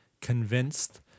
convinced